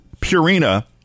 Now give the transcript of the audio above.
Purina